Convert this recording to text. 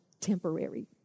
temporary